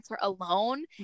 alone